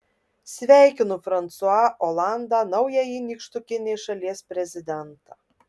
sveikinu fransua olandą naująjį nykštukinės šalies prezidentą